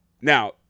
Now